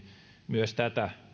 myös tätä